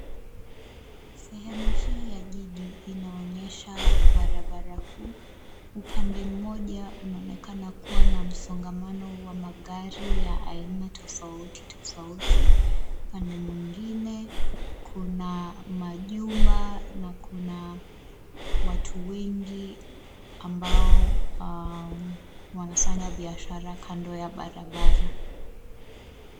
Sehemu hii ya jiji inaonyesha barabara kuu. Upande moja unaonekana kuwa na msongamano wa magari, ya aina tofauti tofauti. Upande mwingine kuna majumba na kuna watu wengi ambao wanafanya biashara kando ya barabara.